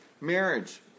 marriage